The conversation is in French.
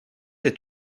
est